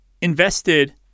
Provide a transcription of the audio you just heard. invested